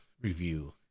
review